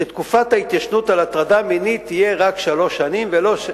שתקופת ההתיישנות על הטרדה מינית תהיה רק שלוש שנים ולא,